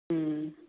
ꯎꯝ